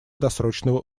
долгосрочного